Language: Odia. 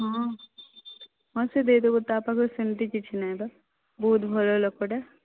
ହଁ ହଁ ସେ ଦେଇଦେବ ତା'ପାଖରେ ସେମିତି କିଛି ନାହିଁ ତ ବହୁତ ଭଲ ଲୋକଟା